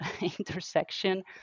intersection